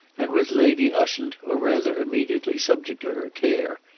and with lady ushant, or rather immediately subject to her care,